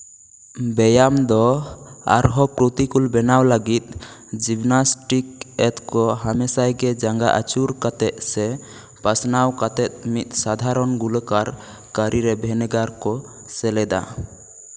ᱵᱮᱭᱟᱢ ᱫᱚ ᱟᱨᱦᱚᱸ ᱯᱨᱚᱛᱤᱠᱩᱞ ᱵᱮᱱᱟᱣ ᱞᱟᱹᱜᱤᱫ ᱡᱤᱢᱱᱟᱥᱴᱤᱠ ᱮᱛᱷ ᱠᱚ ᱦᱟᱢᱮᱥᱟᱭ ᱜᱮ ᱡᱟᱝᱜᱟ ᱟᱹᱪᱩᱨ ᱠᱟᱛᱮᱫ ᱥᱮ ᱯᱟᱥᱱᱟᱣ ᱠᱟᱛᱮᱫ ᱢᱤᱫ ᱥᱟᱫᱷᱟᱨᱚᱱ ᱜᱩᱞᱟᱹᱠᱟᱨ ᱠᱟᱹᱨᱤᱨᱮ ᱵᱷᱮᱱᱮᱜᱟᱨ ᱠᱚ ᱥᱮᱞᱮᱫᱟ